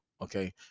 Okay